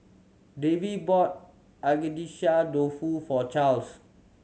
Davy bought Agedashi Dofu for Charles